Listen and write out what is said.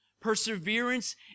Perseverance